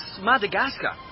Madagascar